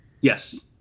Yes